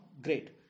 great